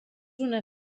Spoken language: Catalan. una